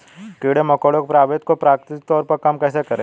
कीड़े मकोड़ों के प्रभाव को प्राकृतिक तौर पर कम कैसे करें?